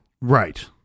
Right